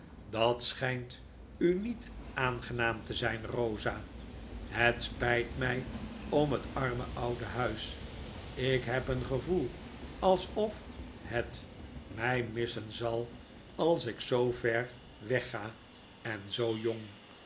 dat schynt u niet aangenaam te zyn rosa het spyt my om het arme oude huis ik heb een gevoel alsof het my missen zal als ik zoo ver weg ga en zoo jong